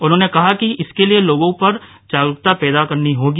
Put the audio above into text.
उन्होंने कहा की इसके लिए लोगो पर जागरूकता पैदा करनी होगी